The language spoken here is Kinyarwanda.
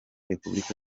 repubulika